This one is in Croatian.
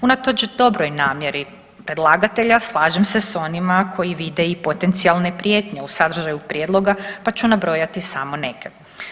Unatoč dobroj namjeri predlagatelja slažem se s onima koji vide i potencijalne prijetnje u sadržaju prijedloga, pa ću nabrojati samo neke.